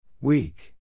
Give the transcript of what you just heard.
Weak